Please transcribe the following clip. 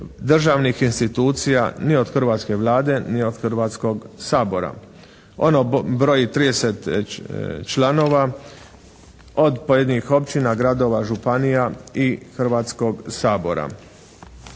državnih institucija, ni od hrvatske Vlade, ni od Hrvatskog sabora. Ono broji 30 članova od pojedinih općina, gradova, županija i Hrvatskog sabora.